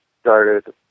started